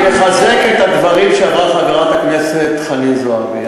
אני מחזק את הדברים שאמרה חברת הכנסת חנין זועבי.